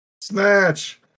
Snatch